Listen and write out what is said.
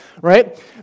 right